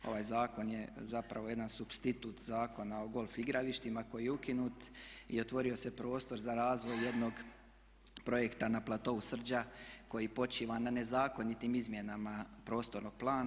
Ovaj zakon je zapravo jedan supstitut Zakona o golf igralištima koji je ukinut i otvorio se prostor za razvoj jednog projekta na platou Srđa koji počiva na nezakonitim izmjenama prostornog plana.